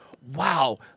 Wow